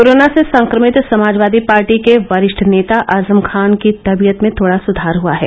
corona से संक्रमित समाजवादी पार्टी के वरिष्ठ नेता आजम खान की तबियत में थोड़ा सुधार हुआ है